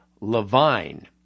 Levine